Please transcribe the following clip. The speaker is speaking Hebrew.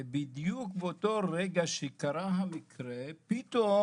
בדיוק באותו רגע שקרה המקרה פתאום